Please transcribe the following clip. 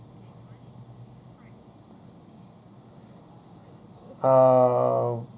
uh